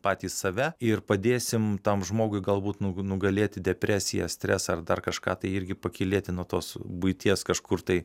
patys save ir padėsim tam žmogui galbūt nu nugalėti depresiją stresą ar dar kažką tai irgi pakylėti nuo tos buities kažkur tai